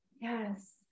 Yes